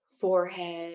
forehead